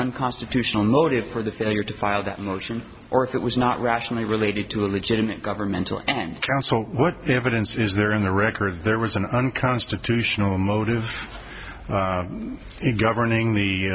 unconstitutional motive for the failure to file that motion or if it was not rationally related to a legitimate governmental and counsel what evidence is there in the record there was an unconstitutional motive governing the